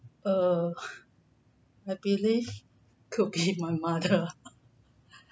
err I believe could be my mother